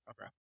Okay